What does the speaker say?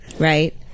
Right